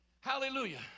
Hallelujah